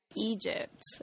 Egypt